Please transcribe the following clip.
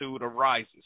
arises